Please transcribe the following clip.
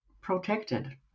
protected